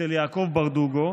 אצל יעקב ברדוגו,